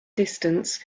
distance